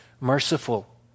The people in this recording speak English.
merciful